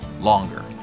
longer